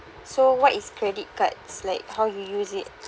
so what is credit cards like how you use it